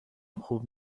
خوب